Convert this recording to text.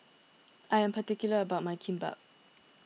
I am particular about my Kimbap